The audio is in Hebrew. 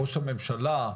ראש הממשלה,